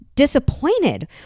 disappointed